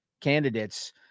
candidates